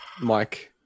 Mike